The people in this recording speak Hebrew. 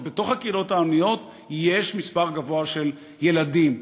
ובתוך הקהילות העניות יש מספר גבוה של ילדים.